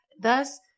Thus